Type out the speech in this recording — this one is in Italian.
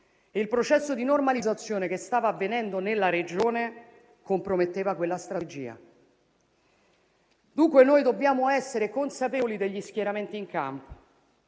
il processo di normalizzazione che stava avvenendo nella regione comprometteva quella strategia. Dunque, noi dobbiamo essere consapevoli degli schieramenti in campo.